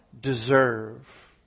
deserve